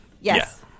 Yes